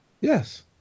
yes